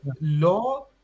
law